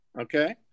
Okay